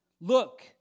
Look